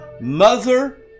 Mother